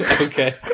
Okay